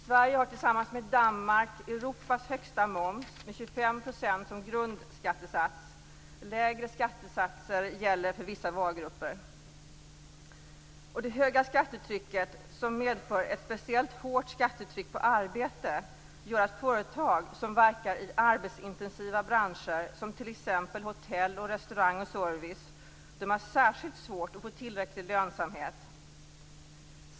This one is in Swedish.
Sverige har tillsammans med Danmark Europas högsta moms med 25 % som grundskattesats. Det höga skattetrycket, som medför ett speciellt hårt skattetryck på arbete, gör att företag som verkar i arbetsintensiva branscher, t.ex. hotell och restaurang samt service, har speciellt svårt att få tillräcklig lönsamhet.